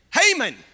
Haman